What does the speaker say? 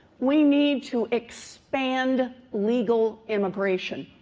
we need to expand legal immigration.